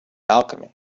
alchemy